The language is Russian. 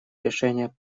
решение